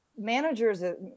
managers